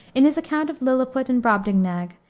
in his account of lilliput and brobdingnag,